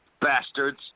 bastards